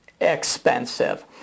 expensive